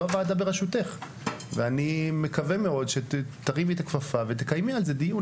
זו הוועדה ברשותך ואני מקווה מאוד שתרימי את הכפפה ותקיימי על זה דיון,